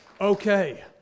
Okay